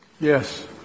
yes